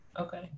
Okay